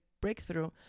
breakthrough